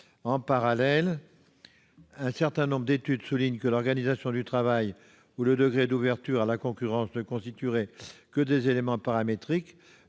En parallèle, un certain nombre d'études soulignent que l'organisation du travail et le degré d'ouverture à la concurrence ne constitueraient que des éléments paramétriques,